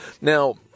Now